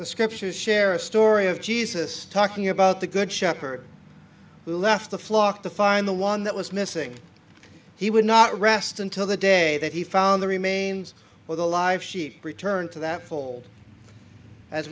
the scriptures share a story of jesus talking about the good shepherd who left the flock to find the one that was missing he would not rest until the day that he found the remains or the life sheep return to that fold as